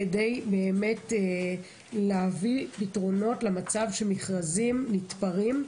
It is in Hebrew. כדי באמת להביא פתרונות למצב שמכרזים נתפרים.